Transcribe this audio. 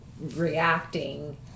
reacting